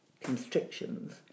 constrictions